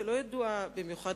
שלא ידועה במיוחד